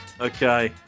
Okay